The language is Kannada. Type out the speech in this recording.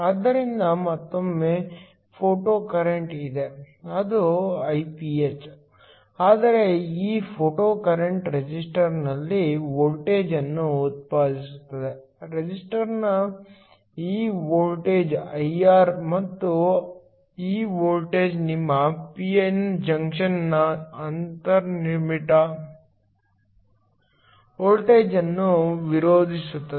ಆದ್ದರಿಂದ ಮತ್ತೊಮ್ಮೆ ಫೋಟೊಕರೆಂಟ್ ಇದೆ ಅದು Iph ಆದರೆ ಈ ಫೋಟೊಕರೆಂಟ್ ರೆಸಿಸ್ಟರ್ನಲ್ಲಿ ವೋಲ್ಟೇಜ್ ಅನ್ನು ಉತ್ಪಾದಿಸುತ್ತದೆ ರೆಸಿಸ್ಟರ್ನ ಈ ವೋಲ್ಟೇಜ್ IR ಮತ್ತು ಈ ವೋಲ್ಟೇಜ್ ನಿಮ್ಮ ಪಿ ಎನ್ ಜಂಕ್ಷನ್ನ ಅಂತರ್ನಿರ್ಮಿತ ವೋಲ್ಟೇಜ್ ಅನ್ನು ವಿರೋಧಿಸುತ್ತದೆ